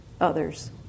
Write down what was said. others